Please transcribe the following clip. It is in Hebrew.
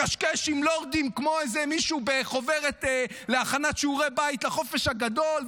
מקשקש עם לורדים כמו איזה מישהו בחוברת להכנת שיעורי בית לחופש הגדול,